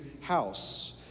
house